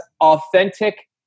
authentic